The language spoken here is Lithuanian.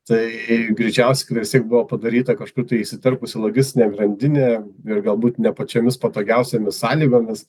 tai greičiausiai kad vis tiek buvo padaryta kažkur tai įsiterpus į logistinę grandinę ir galbūt ne pačiomis patogiausiomis sąlygomis